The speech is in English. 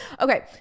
Okay